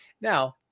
now